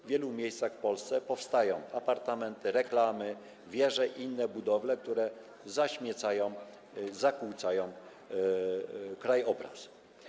W wielu miejscach w Polsce powstają apartamenty, reklamy, wieże i inne budowle, które zaśmiecają, zakłócają krajobraz.